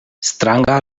stranga